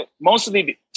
mostly